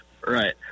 Right